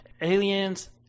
Aliens